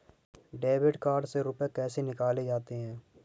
Debit card से रुपये कैसे निकाले जाते हैं?